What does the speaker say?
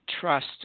Trust